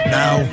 now